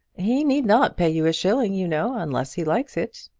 he need not pay you a shilling, you know, unless he likes it.